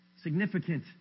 significant